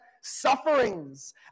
sufferings